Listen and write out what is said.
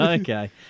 Okay